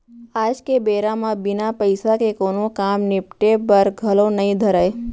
आज के बेरा म बिना पइसा के कोनों काम निपटे बर घलौ नइ धरय